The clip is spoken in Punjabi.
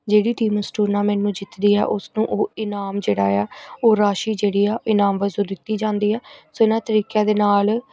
ਜਿਹੜੀ ਟੀਮ ਉਸ ਟੂਰਨਾਮੈਂਟ ਨੂੰ ਜਿੱਤਦੀ ਆ ਉਸਨੂੰ ਉਹ ਇਨਾਮ ਜਿਹੜਾ ਆ ਉਹ ਰਾਸ਼ੀ ਜਿਹੜੀ ਆ ਇਨਾਮ ਵੱਜੋਂ ਦਿੱਤੀ ਜਾਂਦੀ ਆ ਸੋ ਇਹਨਾਂ ਤਰੀਕਿਆਂ ਦੇ ਨਾਲ